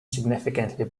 significantly